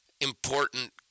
important